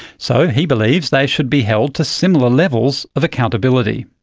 so he believes they should be held to similar levels of accountability.